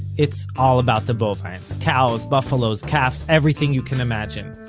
it's all about the bovines cows, buffaloes, calves. everything you can imagine.